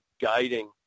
guiding